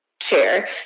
chair